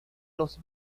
los